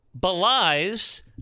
belies